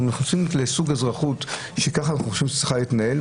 אנחנו מתייחסים לסוג האזרחות שככה אנחנו חושבים שהיא צריכה להתנהל.